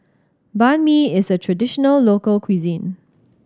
Banh Mi is a traditional local cuisine